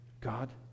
God